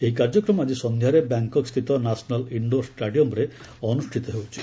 ଏହି କାର୍ଯ୍ୟକ୍ରମ ଆଜି ସନ୍ଧ୍ୟାରେ ବ୍ୟାଙ୍ଗ୍କକ୍ସ୍ଥିତ ନ୍ୟାସନାଲ୍ ଇଣ୍ଡୋର୍ ଷ୍ଟାଡିୟମ୍ରେ ଅନ୍ତଷ୍ଠିତ ହେଉଛି